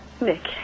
Nick